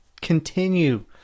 continue